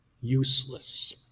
useless